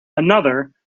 another